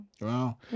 wow